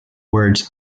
words